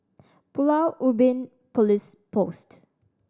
Pulau Ubin Police Post